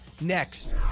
Next